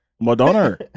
Madonna